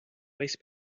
waste